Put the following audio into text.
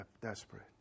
desperate